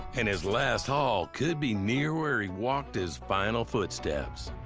and his last haul could be near where he walked his final footsteps.